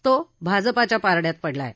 तो भाजपाच्या परड्यात पडला आहे